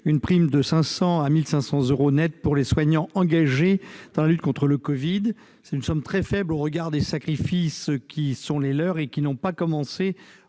une prime de 500 à 1 500 euros nets pour les soignants engagés dans la lutte contre le Covid-19. C'est une somme très faible au regard de leurs sacrifices, qui n'ont pas commencé